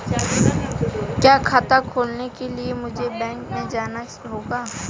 क्या खाता खोलने के लिए मुझे बैंक में जाना होगा?